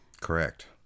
Correct